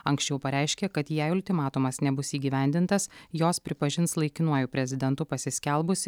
anksčiau pareiškė kad jei ultimatumas nebus įgyvendintas jos pripažins laikinuoju prezidentu pasiskelbusį